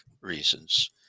reasons